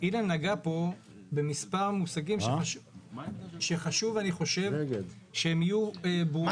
אילן נגע פה במספר מושגים שחשוב שיהיו ברורים